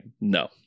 no